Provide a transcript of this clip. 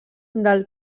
del